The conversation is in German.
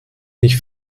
nicht